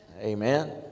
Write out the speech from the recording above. Amen